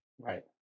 Right